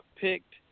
picked